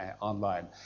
online